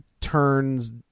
turns